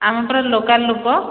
ଆମେ ପରା ଲୋକାଲ୍ ଲୋକ